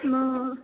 मग